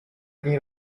dni